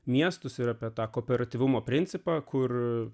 miestus ir apie tą operatyvumo principą kur